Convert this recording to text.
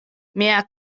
mia